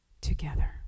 together